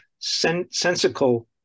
sensical